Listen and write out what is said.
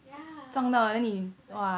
yeah that's why